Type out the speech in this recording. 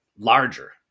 Larger